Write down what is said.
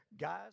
guys